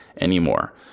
anymore